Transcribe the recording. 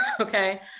okay